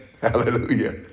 Hallelujah